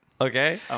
Okay